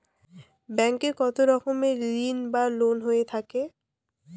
Bank এ কত রকমের ঋণ বা লোন হয়ে থাকে?